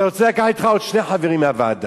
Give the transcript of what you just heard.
אתה רוצה לקחת אתך עוד שני חברים מהוועדה,